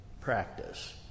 practice